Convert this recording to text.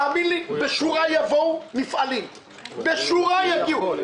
תאמין לי, יבואו מפעלים בשורה, יגיעו בשורה.